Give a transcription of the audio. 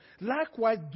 Likewise